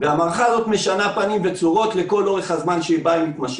והמערכה הזאת משנה פנים וצורות לכל אורך זמן התמשכותה.